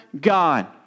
God